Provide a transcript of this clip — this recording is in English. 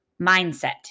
mindset